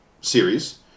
series